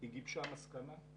היא גיבשה מסקנות.